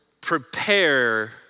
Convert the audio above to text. prepare